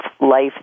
life